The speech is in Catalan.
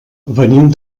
venim